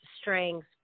strengths